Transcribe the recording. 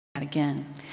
again